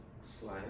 slide